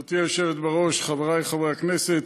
גברתי היושבת בראש, חברי חברי הכנסת,